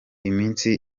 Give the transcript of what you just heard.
iminsi